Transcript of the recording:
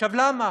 למה?